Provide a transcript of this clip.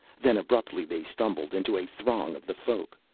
then abruptly they stumbled into a throng of the folk,